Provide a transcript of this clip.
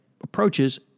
approaches